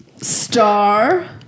Star